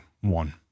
one